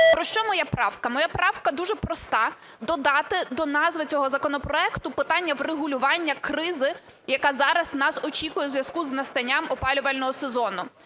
Про що моя правка? Моя правка дуже проста: додати до назви цього законопроекту питання врегулювання кризи, яка зараз нас очікує у зв'язку з настанням опалювального сезону.